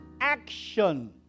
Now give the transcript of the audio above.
action